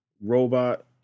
robot